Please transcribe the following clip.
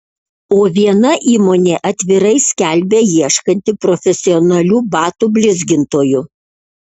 o viena įmonė atvirai skelbia ieškanti profesionalių batų blizgintojų